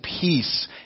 peace